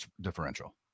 differential